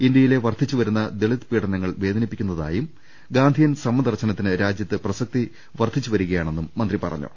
ഇന്ത്യയിലെ വർദ്ധിച്ചുവരുന്ന ദലിത് പീഡനങ്ങൾ വേദനി പ്പിക്കുന്നതായും ഗാന്ധിയൻ സമദർശനത്തിന് രാജ്യത്ത് പ്രസക്തി വർദ്ധി ച്ചുവരികയാണെന്നും മന്ത്രി പറഞ്ഞു